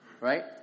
Right